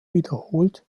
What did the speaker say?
wiederholt